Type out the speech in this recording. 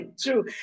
True